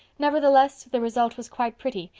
nevertheless, the result was quite pretty,